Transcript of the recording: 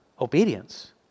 obedience